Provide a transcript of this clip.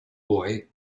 boy